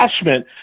attachment